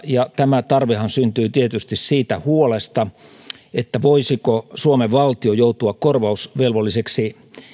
ja tämä tarvehan syntyy tietysti siitä huolesta voisiko suomen valtio joutua korvausvelvolliseksi